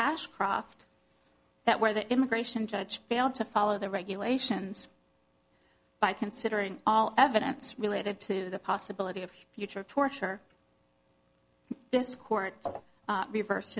ashcroft that where the immigration judge failed to follow the regulations by considering all evidence related to the possibility of future torture this court reverse